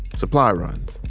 supply runs.